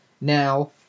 Now